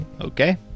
Okay